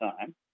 time